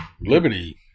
Liberty